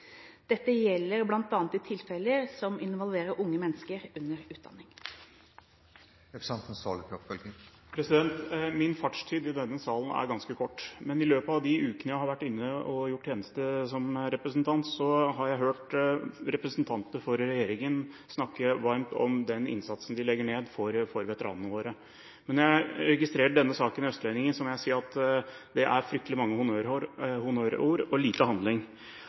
Dette gjelder bl.a. i tilfeller som involverer unge mennesker under utdanning. Min fartstid i denne salen er ganske kort, men i løpet av de ukene jeg har vært inne og gjort tjeneste som representant, har jeg hørt representanter for regjeringen snakke varmt om den innsatsen de legger ned for veteranene våre. Men når jeg registrerer denne saken i Østlendingen, må jeg si at det er fryktelig mange honnørord og lite handling.